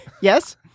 Yes